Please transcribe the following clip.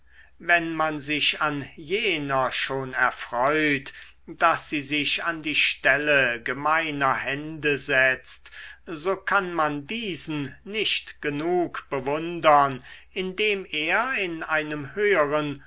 wenn man sich an jener schon erfreut daß sie sich an die stelle gemeiner hände setzt so kann man diesen nicht genug bewundern indem er in einem höheren